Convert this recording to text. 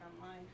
online